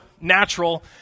natural